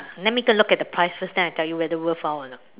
let me take a look at the price first then I tell you whether worthwhile or not